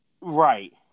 Right